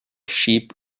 sheep